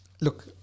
look